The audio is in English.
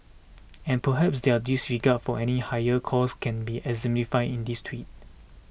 and perhaps their disregard for any higher cause can be exemplified in this Tweet